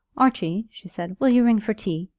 archie, she said, will you ring for tea?